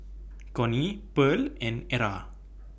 Connie Pearl and Era